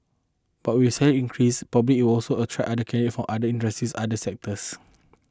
but with the salary increase probably it will also attract candidate from other industries other sectors